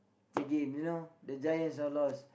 the game you know the giants are lost